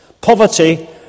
poverty